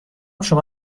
شما